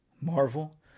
Marvel